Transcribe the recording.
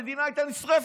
המדינה הייתה נשרפת.